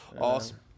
Awesome